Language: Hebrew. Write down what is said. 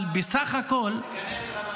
אבל בסך הכול -- תגנה את חמאס.